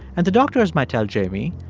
and the doctors might tell jamie,